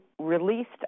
released